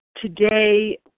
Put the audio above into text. Today